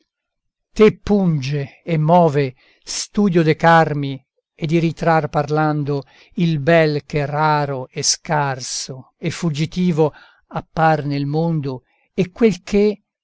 te punge e move studio de carmi e di ritrar parlando il bel che raro e scarso e fuggitivo appar nel mondo e quel che